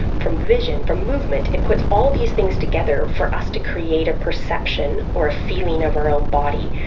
from vision, from movement it puts all these things together for us to create a perception or a feeling of our own body.